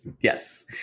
Yes